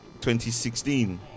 2016